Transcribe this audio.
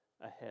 ahead